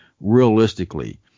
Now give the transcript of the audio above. realistically